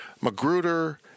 Magruder